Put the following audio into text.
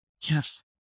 Yes